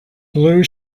blue